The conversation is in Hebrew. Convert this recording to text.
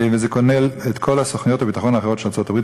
וזה כולל את כל הסוכנויות לביטחון האחרות של ארצות-הברית,